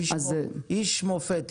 איש מופת.